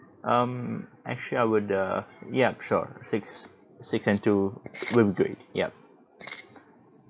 um actually I would err ya sure six six and two will be great ya